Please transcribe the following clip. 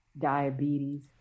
diabetes